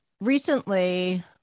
recently